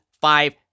five